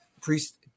Priest